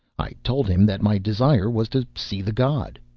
i told him that my desire was to see the god.